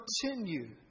continue